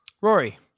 Rory